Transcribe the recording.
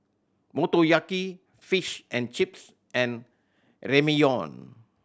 Motoyaki Fish and Chips and Ramyeon